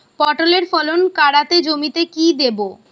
পটলের ফলন কাড়াতে জমিতে কি দেবো?